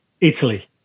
Italy